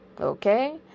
okay